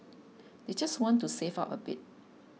they just want to save up a bit